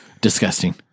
Disgusting